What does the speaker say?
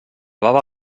baba